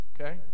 Okay